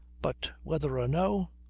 but whether or no,